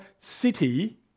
city